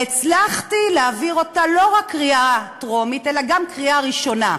והצלחתי להעביר אותה לא רק בקריאה טרומית אלא גם בקריאה ראשונה.